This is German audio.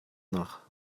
nach